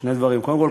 שני דברים: קודם כול,